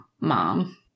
mom